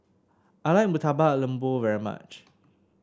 I like Murtabak Lembu very much